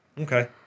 Okay